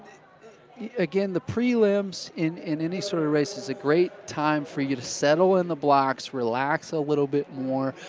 again, the prelims in in any sort of race is a great time for you to settle in the blocks, relax a little bit more,